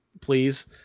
please